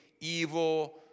evil